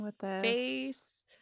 face